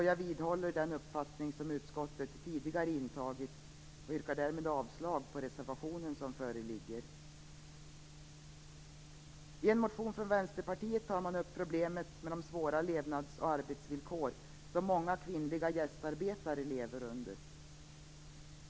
Jag vidhåller den uppfattning som utskottet tidigare intagit och yrkar därmed avslag på reservationen som föreligger. I en motion från Vänsterpartiet tar man upp problemet med de svåra levnads och arbetsvillkor som många kvinnliga gästarbetare lever under.